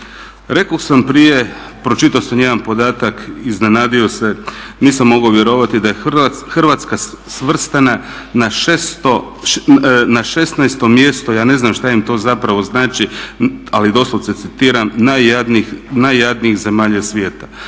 Rekao sam prije, pročitao sam jedan podatak, iznenadio se, nisam mogao vjerovati da je Hrvatska svrstana na 16 mjesto, ja ne znam šta im to zapravo znači, ali doslovce citiram najjadnijih zemalja svijeta.